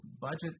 budgets